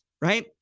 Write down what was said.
right